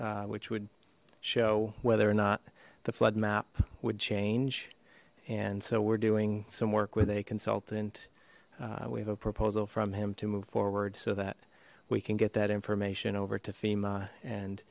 which would show whether or not the flood map would change and so we're doing some work with a consultant we have a proposal from him to move forward so that we can get that information over to fema and